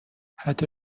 حتی